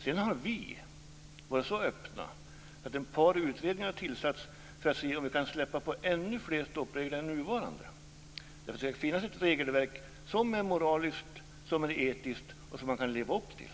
Sedan har vi varit så öppna att ett par utredningar har tillsatts för att vi ska se om det är möjligt släppa ännu fler stoppregler än de nuvarande. Det ska ju finnas ett regelverk som är moraliskt, som är etiskt och som man kan leva upp till.